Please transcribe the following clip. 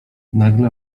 nagle